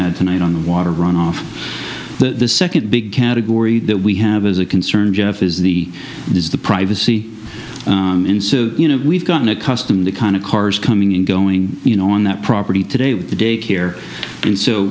had tonight on the water runoff the second big category that we have is a concern jeff is the is the privacy you know we've gotten accustomed to kind of cars coming and going you know on that property today with the day care and so